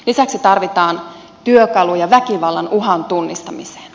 lisäksi tarvitaan työkaluja väkivallan uhan tunnistamiseen